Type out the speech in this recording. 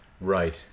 Right